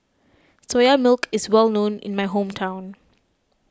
Soya Milk is well known in my hometown